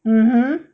mmhmm